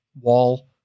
wall